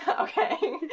Okay